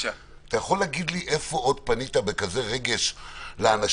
אתה יכול להגיד לי איפה עוד פנית בכזה רגש לאנשים?